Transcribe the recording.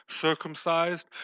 circumcised